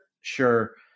sure